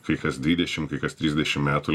kai kas dvidešimt kai kas trisdešimt metų